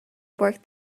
work